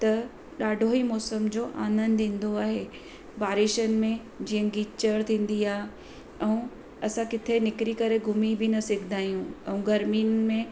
त ॾाढो ई मौसम जो आनंद ईंदो आहे बारीशिनि में जीअं गिचड़ थींदी आहे ऐं असां किथे निकिरी करे घुमी बि न सघंदा आहियूं ऐं गरमीनि में